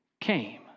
came